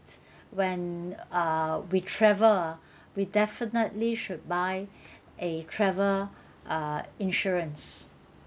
when uh we travel ah we definitely should buy a travel uh insurance